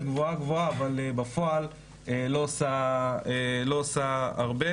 גבוהה-גבוהה אבל בפועל לא עושה הרבה.